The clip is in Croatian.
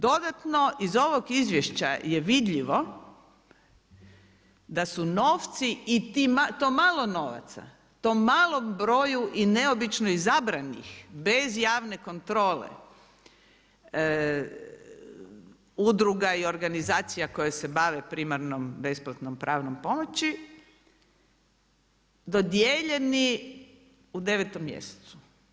Dodatno, iz ovog izvješća je vidljivo da su novci i to malo novaca, tom malom broju i neobično izabranih bez javne kontrole udruga i organizacija koje se bave primarnom besplatne pravne pomoći, dodijeljeni u 9. mjesecu.